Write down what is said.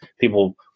People